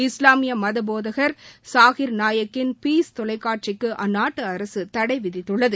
இஸ்லாமிய மத போதகர் சாஹிர் நாயக்கின் பீஸ் தொலைக்காட்சிக்கு அந்நாட்டு அரசு தடை விதித்துள்ளது